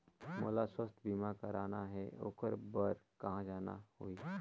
मोला स्वास्थ बीमा कराना हे ओकर बार कहा जाना होही?